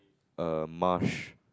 a marsh